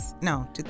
No